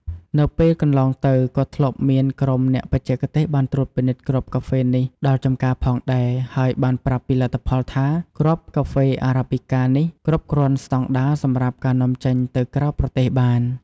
នៅពេលកន្លងទៅក៏ធ្លាប់មានក្រុមអ្នកបច្ចេកទេសបានត្រួតពិនិត្យគ្រាប់កាហ្វេនេះដល់ចម្ការផងដែរ ហើយបានប្រាប់ពីលទ្ធផលថា គ្រាប់កាហ្វេ Arabica នេះ គ្រប់គ្រាន់ស្តង់ដារសម្រាប់ការនាំចេញទៅក្រៅប្រទេសបាន។